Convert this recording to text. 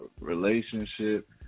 relationship